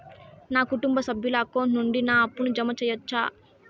నా కుటుంబ సభ్యుల అకౌంట్ నుండి నా అప్పును జామ సెయవచ్చునా?